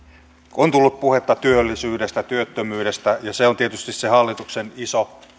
tullut puhetta työllisyydestä työttömyydestä ja se on tietysti se hallituksen